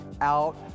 Out